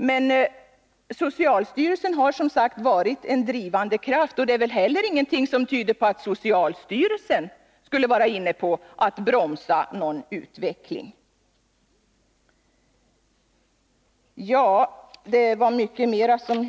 Men socialstyrelsen har, som jag sagt, varit en drivande kraft, och det är väl ingenting som tyder på att socialstyrelsen skulle vara inställd på att bromsa någon utveckling på detta område.